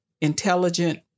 intelligent